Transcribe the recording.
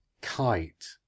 Kite